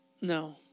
No